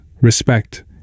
respect